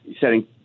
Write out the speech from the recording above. setting